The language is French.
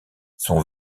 son